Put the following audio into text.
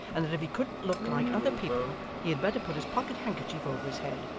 and that if he couldn't look like other people, he had better put his pocket-handkerchief over his head.